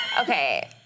Okay